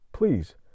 please